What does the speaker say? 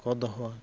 ᱠᱚ ᱫᱚᱦᱚᱣᱟᱠᱟᱜᱼᱟ